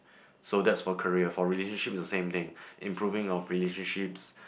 so that's for career for relationship it's the same thing improving of relationship